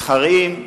מסחריים.